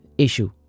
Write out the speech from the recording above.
Issue